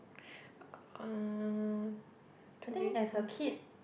uh to be oh